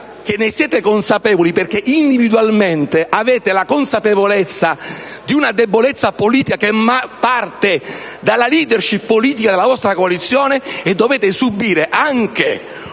Che ne siete consapevoli, perché individualmente sapete di una debolezza politica che parte dalla *leadership* politica della vostra coalizione, e dovete subire anche